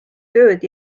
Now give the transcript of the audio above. tööd